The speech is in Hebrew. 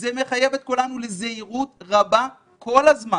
זה מחייב את כולנו לזהירות רבה כל הזמן